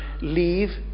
leave